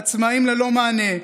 עצמאים ללא מענה,